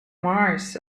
mars